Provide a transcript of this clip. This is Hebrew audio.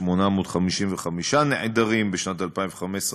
3,855 נעדרים, בשנת 2015,